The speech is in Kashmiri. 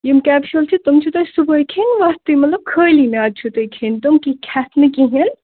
یِم کیپشوٗل چھِ تِم چھِ تۄہہِ صُبحٲے کھیٚنۍ ؤتھتٕے مطلب کھٲلی میٛادٕ چھِ تُہۍ کھیٚنۍ تِم کہِ کھٮ۪تھ نہٕ کِہیٖنٛۍ